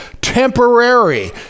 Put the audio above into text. temporary